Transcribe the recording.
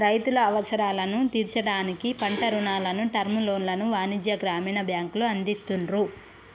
రైతుల అవసరాలను తీర్చడానికి పంట రుణాలను, టర్మ్ లోన్లను వాణిజ్య, గ్రామీణ బ్యాంకులు అందిస్తున్రు